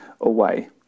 away